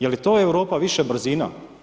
Je li to Europa više brzina?